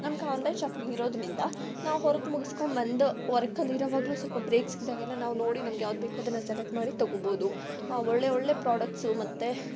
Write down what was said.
ನಮ್ಗೆ online shopping ಇರೋದ್ರಿಂದ ನಾವು ಹೊರಗೆ ಮುಗ್ಸ್ಕೊಂಡು ಬಂದು ವರ್ಕಲ್ಲಿರೋವಾಗ್ಲೂ ಸ್ವಲ್ಪ ಬ್ರೇಕ್ ಸಿಕ್ದಾಗೆಲ್ಲ ನಾವು ನೋಡಿ ನಮಗೆ ಯಾವುದು ಬೇಕು ಅದನ್ನು ಸೆಲೆಕ್ಟ್ ಮಾಡಿ ತೊಗೊಬೋದು ಒಳ್ಳೆ ಒಳ್ಳೆ ಪ್ರಾಡಕ್ಟ್ಸು ಮತ್ತು